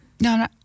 no